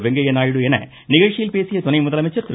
வெங்கய்ய நாயுடு என நிகழ்ச்சியில் பேசிய துணை முதலமைச்சர் திரு